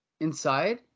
Inside